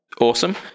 Awesome